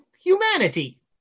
humanity